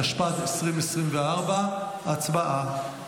התשפ"ד 2024. הצבעה.